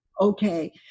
okay